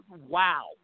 wow